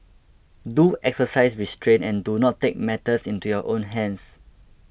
do exercise restraint and do not take matters into your own hands